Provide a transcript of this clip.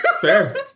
fair